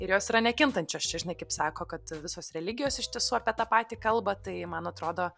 ir jos yra nekintančios čia žinai kaip sako kad visos religijos iš tiesų apie tą patį kalba tai man atrodo